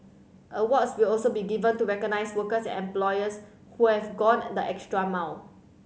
awards will also be given to recognise workers and employers who have gone the extra mile